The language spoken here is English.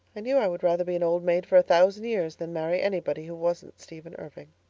i knew i would rather be an old maid for a thousand years than marry anybody who wasn't stephen irving.